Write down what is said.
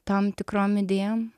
tam tikrom idėjom